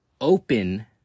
open